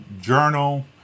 journal